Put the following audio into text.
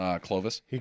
Clovis